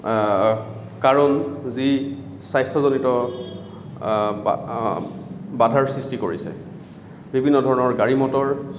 কাৰণ যি স্বাস্থ্যজনিত বা বাধাৰ সৃষ্টি কৰিছে বিভিন্ন ধৰণৰ গাড়ী মটৰ